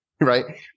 right